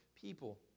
people